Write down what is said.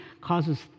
causes